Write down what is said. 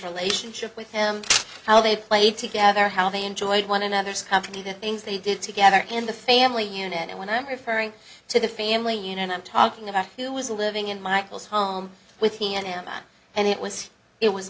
relationship with him how they played together how they enjoyed one another's company the things they did together in the family unit when i'm referring to the family unit i'm talking about who was living in michael's home with me and him and it was